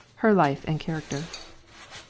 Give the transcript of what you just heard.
her life and character.